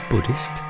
Buddhist